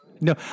No